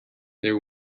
there